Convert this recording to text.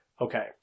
Okay